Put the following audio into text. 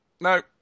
No